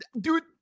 dude